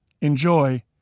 enjoy